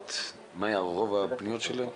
סוגי הפניות, מה היה רוב הפניות של הציבור?